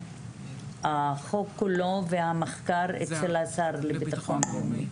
החוק כולו והמחקר אצל השר לביטחון לאומי.